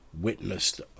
witnessed